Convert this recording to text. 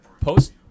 post